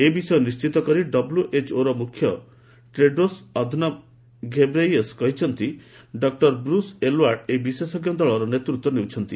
ଏ ବିଷୟ ନିଶ୍ଚିତ କରି ଡବ୍ଲ୍ୟଏଚ୍ଓ ମୁଖ୍ୟ ଟେଡ୍ରୋସ୍ ଅଧନମ୍ ଘେବ୍ରେୟେସସ୍ କହିଛନ୍ତି ଡକ୍ଟର ବ୍ରୁସ୍ ଐଲ୍ୱାର୍ଡ ଏହି ବିଶେଷଜ୍ଞ ଦଳର ନେତୃତ୍ୱ ନେଉଛନ୍ତି